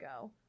go